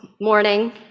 morning